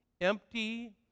empty